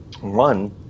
One